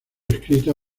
escrita